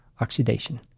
oxidation